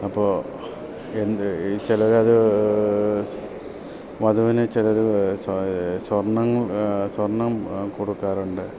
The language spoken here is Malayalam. അപ്പോൾ എന്ത് ചിലരത് വധുവിന് ചിലർ സ്വർണ്ണങ്ങൾ സ്വർണ്ണം കൊടുക്കാറുണ്ട്